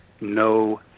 no